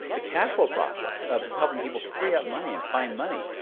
the cash flow process of helping people free up money and find money.